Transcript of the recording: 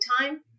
time